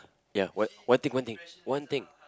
ya one one thing one thing one thing